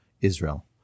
Israel